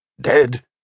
Dead